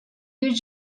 bir